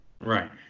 Right